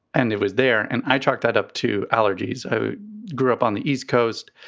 and it was there and i chalk that up to allergies. i grew up on the east coast